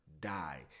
die